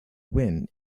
win